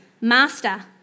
Master